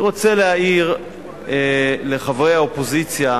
אני רוצה להעיר לחברי האופוזיציה,